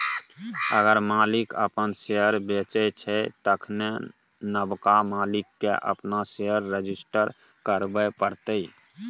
अगर मालिक अपन शेयर बेचै छै तखन नबका मालिक केँ अपन शेयर रजिस्टर करबे परतै